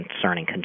concerning